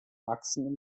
achsen